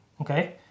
Okay